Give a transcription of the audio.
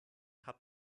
hat